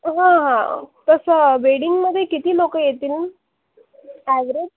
हां हां तसं वेडिंगमध्ये किती लोकं येतील ॲवरेज